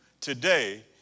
today